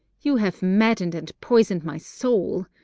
you have maddened and poisoned my soul.